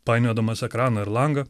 painiodamas ekraną ir langą